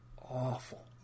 awful